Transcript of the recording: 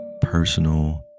personal